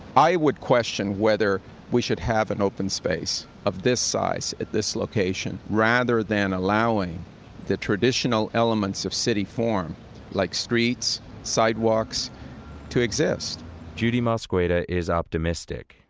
i would question whether we should have an open space of this size at this location, rather than allowing the traditional elements of city form like streets, sidewalks to exist judy mosqueda is optimistic,